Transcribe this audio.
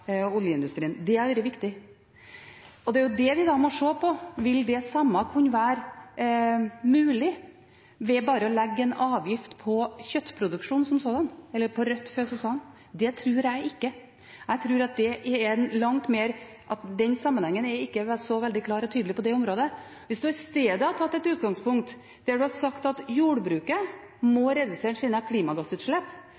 Det har vært viktig. Det er dette vi da må se på: Vil det samme kunne være mulig ved bare å legge en avgift på kjøttproduksjon som sådan – eller på rødt fe som sådan? Det tror jeg ikke. Jeg tror at den sammenhengen ikke er så veldig klar og tydelig på det området. Hvis en i stedet hadde tatt det utgangspunktet at jordbruket